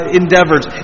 endeavors